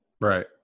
Right